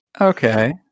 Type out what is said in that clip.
Okay